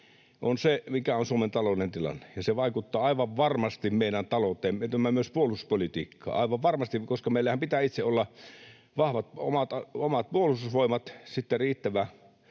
on se, mikä on Suomen talouden tilanne, ja se vaikuttaa aivan varmasti myös puolustuspolitiikkaan — aivan varmasti, koska meillähän pitää itsellämme olla vahvat omat puolustusvoimat, sitten riittävä